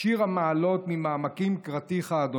"שיר המעלות ממעמקים קראתיך ה'.